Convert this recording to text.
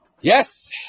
Yes